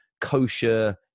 kosher